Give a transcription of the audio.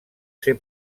ser